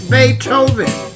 Beethoven